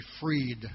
freed